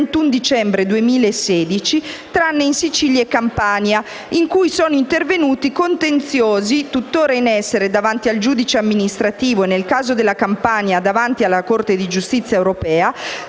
31 dicembre del 2016, tranne in Sicilia e Campania, in cui sono intervenuti contenziosi (tuttora in essere davanti al giudice amministrativo e, nel caso della Campania, davanti alla Corte di giustizia europea)